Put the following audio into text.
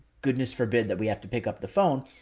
goodness forbid that we have to pick up the phone,